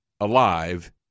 alive